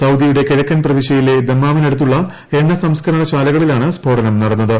സൌദിയുടെ കിഴക്കൻ പ്രവിശൃയിലെ ദമാമിനടുത്തുള്ള എണ്ണ സംസ്കരണശാലകളിലാണ് സ്ഫോടനം നടന്നത്